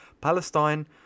Palestine